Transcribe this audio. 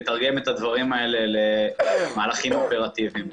לתרגם את הדברים האלה למהלכים אופרטיביים.